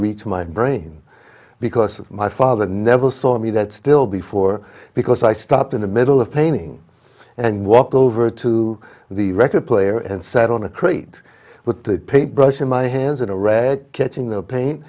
reached my brain because of my father never saw me that still before because i stopped in the middle of painting and walked over to the record player and sat on a crate with the papers in my hands and read catching the pain